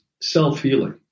self-healing